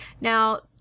Now